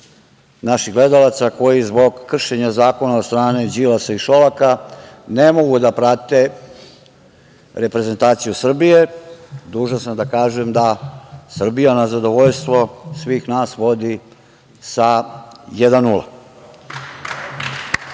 našeg gledalaca koji zbog ovog kršenja zakona od strane Đilasa i Šolaka ne mogu da prate reprezentaciju Srbije, dužan sam da kažem da Srbija na zadovoljstvo svih nas vodi sa